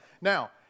Now